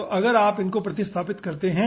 तो अगर आप इनको प्रतिस्थापित करते हैं